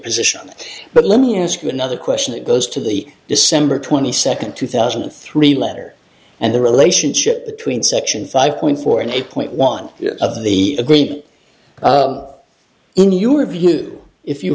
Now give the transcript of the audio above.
position but let me ask you another question that goes to the december twenty second two thousand and three letter and the relationship between section five point four and eight point one of the agreed in your view if you